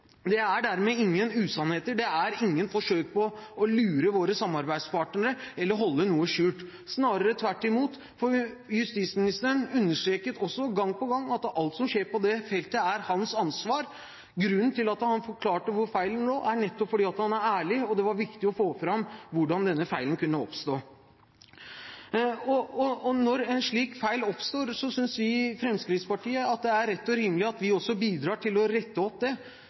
Det er dermed ingen usannheter, det er ingen forsøk på å lure våre samarbeidspartnere eller å holde noe skjult, snarere tvert imot, for justisministeren understreket gang på gang at alt som skjer på dette feltet, er hans ansvar. Grunnen til at han forklarte hvor feilen lå, er nettopp at han er ærlig, og det var viktig å få fram hvordan denne feilen kunne oppstå. Når en slik feil oppstår, synes vi i Fremskrittspartiet at det er rett og rimelig at vi også bidrar til å rette opp det.